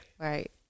Right